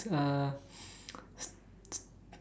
uh s~ s~